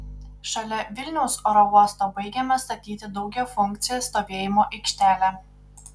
šalia vilniaus oro uosto baigiama statyti daugiafunkcė stovėjimo aikštelė